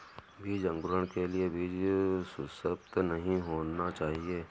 बीज अंकुरण के लिए बीज सुसप्त नहीं होना चाहिए